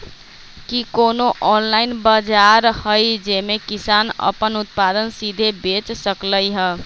कि कोनो ऑनलाइन बाजार हइ जे में किसान अपन उत्पादन सीधे बेच सकलई ह?